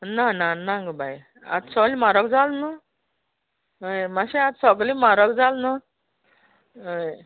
ना ना ना गो बाय आतां सोल्ल म्हारग जाल्या न्हय हय माश्शा आत सोगलें म्हारग जाल् न्हय हय